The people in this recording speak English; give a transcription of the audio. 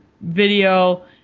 video